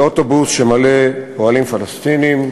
באוטובוס מלא פועלים פלסטינים,